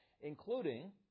including